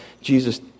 Jesus